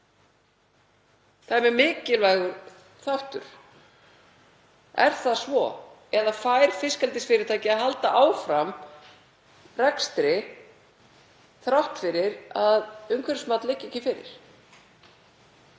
Það er mjög mikilvægur þáttur. Er það svo eða fær fiskeldisfyrirtæki að halda áfram rekstri þrátt fyrir að umhverfismat liggi ekki fyrir